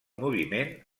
moviment